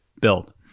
build